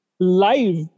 Live